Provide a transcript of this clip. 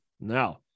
Now